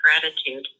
Gratitude